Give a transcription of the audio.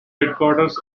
headquarters